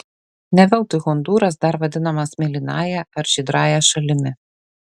ne veltui hondūras dar vadinamas mėlynąja ar žydrąja šalimi